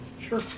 Sure